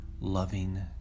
Loving